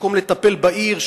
במקום לטפל בעיר,